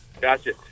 gotcha